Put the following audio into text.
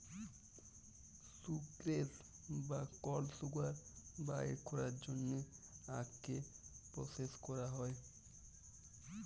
sucrose বা কল sugar বাইর ক্যরার জ্যনহে আখকে পরসেস ক্যরা হ্যয়